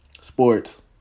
sports